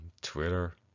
twitter